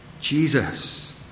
Jesus